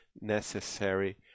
necessary